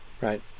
right